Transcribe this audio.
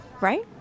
Right